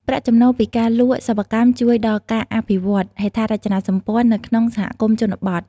ប្រាក់ចំណូលពីការលក់សិប្បកម្មជួយដល់ការអភិវឌ្ឍ ហេដ្ឋារចនាសម្ព័ន្ធ នៅក្នុងសហគមន៍ជនបទ។